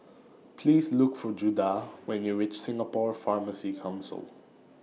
Please Look For Judah when YOU REACH Singapore Pharmacy Council